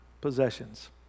possessions